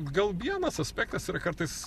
gal vienas aspektas yra kartais